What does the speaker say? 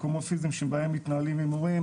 מקומות פיזיים שבהם מתנהלים הימורים,